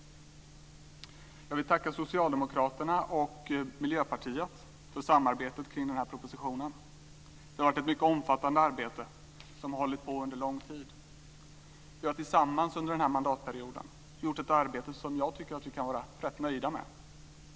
Jag vill tacka Socialdemokraterna och Miljöpartiet för samarbetet kring den här propositionen. Det har varit ett mycket omfattande arbete som har hållit på under lång tid. Vi har tillsammans under den här mandatperioden gjort ett arbete som jag tycker att vi kan vara rätt nöjda med.